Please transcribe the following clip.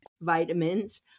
Vitamins